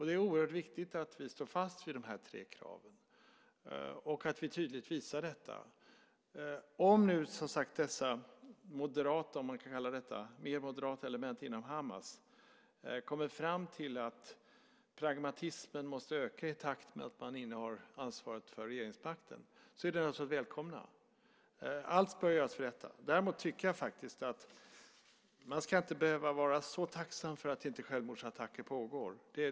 Det är oerhört viktigt att vi står fast vid dessa tre krav och att vi tydligt visar detta. Om nu dessa mer moderata element inom Hamas, om man kan kalla dem så, kommer fram till att pragmatismen måste öka nu när man innehar ansvaret för regeringsmakten är de naturligtvis välkomna. Allt bör göras för detta. Däremot tycker jag inte att man ska behöva vara så tacksam för att självmordsattacker inte pågår.